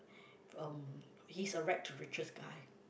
um he's a rag to riches guy